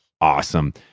awesome